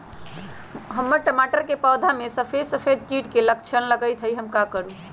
हमर टमाटर के पौधा में सफेद सफेद कीट के लक्षण लगई थई हम का करू?